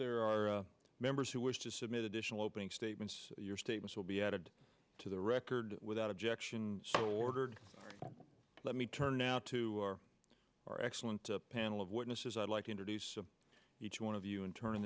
there are members who wish to submit additional opening statements your statements will be added to the record without objection so ordered let me turn now to our excellent panel of witnesses i'd like to introduce each one of you in turn